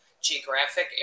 geographic